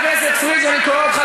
אתם